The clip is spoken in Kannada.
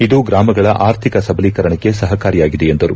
ಇದು ಗ್ರಾಮಗಳ ಆರ್ಥಿಕ ಸಬಲೀಕರಣಕ್ಕೆ ಸಹಕಾರಿಯಾಗಿದೆ ಎಂದರು